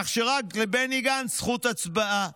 כך שרק לבני גנץ זכות הצבעה.